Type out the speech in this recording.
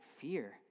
Fear